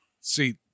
see